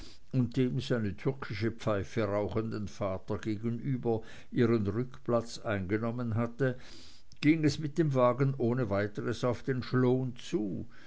und dem seine türkische pfeife rauchenden vater gegenüber ihren rückplatz eingenommen hatte ging es mit dem wagen ohne weiteres auf den schloon zu